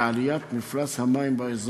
ונאלצים להיות בסגר כל